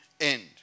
end